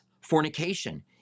Fornication